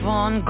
on